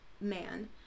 man